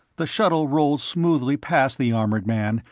the shuttle rolled smoothly past the armored man,